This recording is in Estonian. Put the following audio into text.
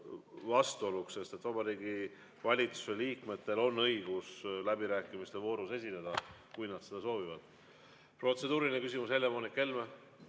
vastuoluks, sest Vabariigi Valitsuse liikmetel on õigus läbirääkimiste voorus esineda, kui nad seda soovivad. Protseduuriline küsimus, Helle-Moonika Helme,